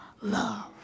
love